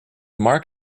mark